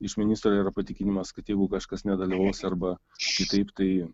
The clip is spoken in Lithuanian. iš ministro yra patikinimas kad jeigu kažkas nedalyvaus arba šitaip tai